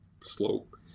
slope